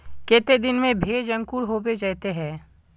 केते दिन में भेज अंकूर होबे जयते है?